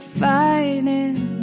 fighting